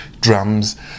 drums